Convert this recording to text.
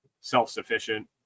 self-sufficient